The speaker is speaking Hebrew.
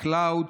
ה-cloud,